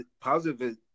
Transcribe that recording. positive